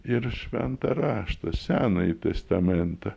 ir šventą raštą senąjį testamentą